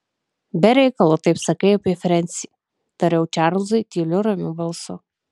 be reikalo taip sakai apie frensį tariau čarlzui tyliu ramiu balsu